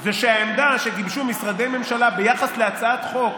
הוא שהעמדה שגיבשו משרדי ממשלה ביחס להצעת חוק